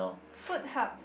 food hub